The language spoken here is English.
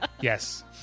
Yes